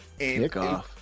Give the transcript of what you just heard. Kickoff